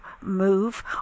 move